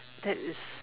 that is